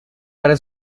para